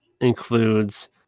includes